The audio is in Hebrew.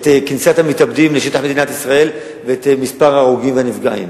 כניסת המתאבדים לשטח מדינת ישראל ואת מספר ההרוגים והנפגעים.